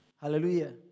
Hallelujah